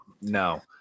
No